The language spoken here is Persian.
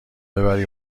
ببری